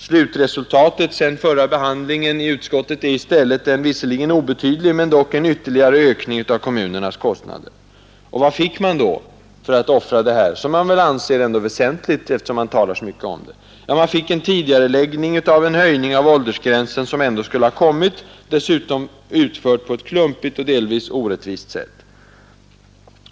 Slutresultatet sedan förra behandlingen är i stället en visserligen obetydlig men dock ytterligare ökning av kommunernas kostnader. Vad fick man då för att offra detta som man väl anser som väsentligt, eftersom man talar så mycket om det? Man fick en tidigareläggning av en höjning av åldersgränsen som ändå skulle ha kommit — dessutom utförd på ett klumpigt och delvis orättvist sätt.